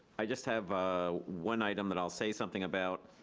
i just have ah one item that i'll say something about,